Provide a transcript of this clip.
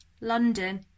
London